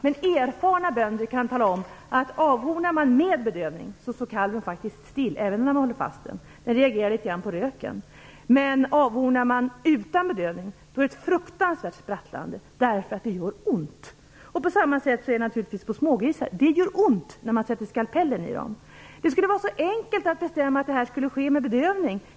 Men erfarna bönder kan tala om att ifall man avhornar med bedövning, står kalven faktiskt still även om man håller fast den. Den reagerar bara litet grand på röken. Om avhorningen sker utan bedövning, blir det ett fruktansvärt sprattlande därför att det gör ont. På samma sätt är det naturligtvis med kastreringen av smågrisar. Det gör ont när man sätter skalpellen i dem. Det skulle vara så enkelt att bestämma att sådana här ingrepp måste ske med bedövning.